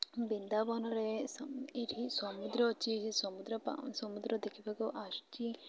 ବୃନ୍ଦାବନରେ ଏଠି ସମୁଦ୍ର ଅଛି ସେ ସମୁଦ୍ର ସମୁଦ୍ର ଦେଖିବାକୁ ଆସୁଛି